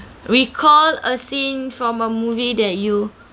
recall a scene from a movie that you